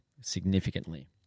significantly